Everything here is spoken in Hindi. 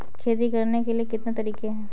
खेती करने के कितने तरीके हैं?